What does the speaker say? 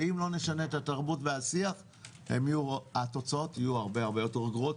ואם לא נשנה את התרבות והשיח התוצאות יהיו הרבה יותר גרועות.